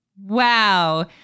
Wow